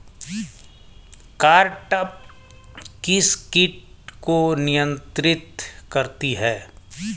Cartap किस किट को नियंत्रित करती है?